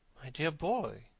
dear boy,